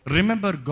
Remember